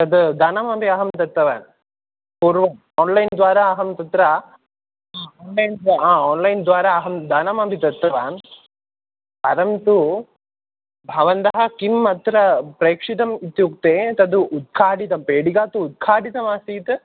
तद् धनमपि अहं दत्तवान् पूर्वं आन्लैन्द्वारा अहं तत्र आन्लैन्द्वारा हा आन्लैन्द्वारा अहं धनमपि दत्तवान् परन्तु भवन्तः किम् अत्र प्रेक्षितम् इत्युक्ते तद् उद्घाटितं पेटिकातु उद्घाटितमासीत्